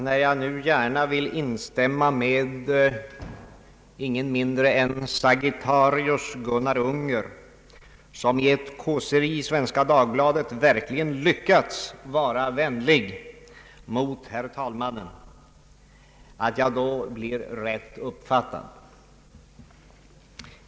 När jag nu gärna vill instämma med ingen mindre än ”Sagittarius”, Gunnar Unger, som i ett kåseri i Svenska Dagbladet verkligen lyckats vara vänlig mot herr talmannen hoppas jag dock bli rätt uppfattad.